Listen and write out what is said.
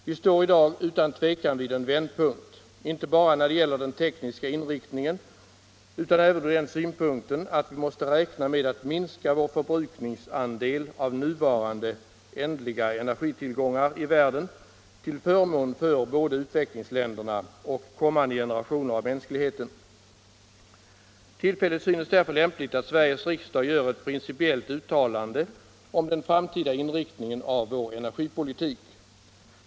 Vi står i dag utan tvivel vid en vändpunkt, inte bara när det gäller den tekniska inriktningen utan även ur den synpunkten att vi måste räkna med att minska vår förbrukningsandel av nuvarande, ändliga energitillgångar i världen till förmån för både utvecklingsländerna och kommande generationer av mänskligheten. Tillfället synes därför lämpligt att Sveriges riksdag gör ett principiellt uttalande om den framtida inriktningen av vår energipolitik.